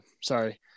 sorry